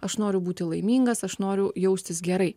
aš noriu būti laimingas aš noriu jaustis gerai